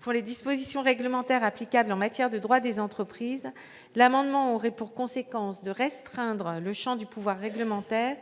Pour les dispositions réglementaires applicables en matière de droit des entreprises, l'adoption de cet amendement aurait pour conséquence de restreindre le champ du pouvoir réglementaire